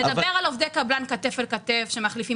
נדבר על עובדי קבלן שעובדים כתף אל כתף שמחליפים